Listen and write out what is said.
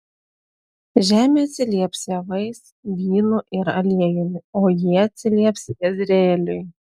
žemė atsilieps javais vynu ir aliejumi o jie atsilieps jezreeliui